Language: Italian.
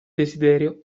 desiderio